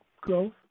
growth